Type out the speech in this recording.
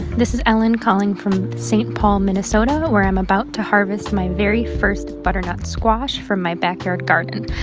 this is ellen calling from st. paul, minn, so but where i'm about to harvest my very first butternut squash from my backyard garden.